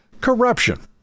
corruption